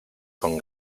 con